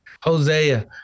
Hosea